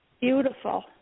beautiful